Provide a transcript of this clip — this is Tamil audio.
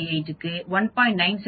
58 க்கு 1